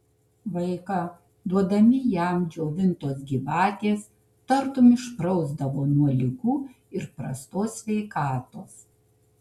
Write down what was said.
vaiką duodami jam džiovintos gyvatės tartum išprausdavo nuo ligų ir prastos sveikatos